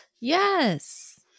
Yes